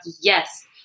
yes